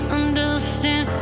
understand